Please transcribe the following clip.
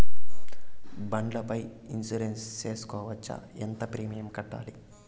బండ్ల పై ఇన్సూరెన్సు సేసుకోవచ్చా? ఎంత ప్రీమియం కట్టాలి?